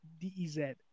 D-E-Z